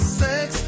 sex